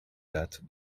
date